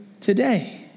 today